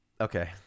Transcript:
Okay